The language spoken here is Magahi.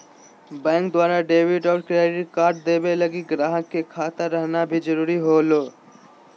बैंक द्वारा डेबिट और क्रेडिट कार्ड देवे लगी गाहक के खाता रहना भी जरूरी होवो